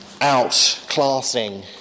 outclassing